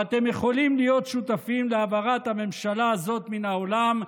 ואתם יכולים להיות שותפים להעברת הממשלה הזאת מן העולם,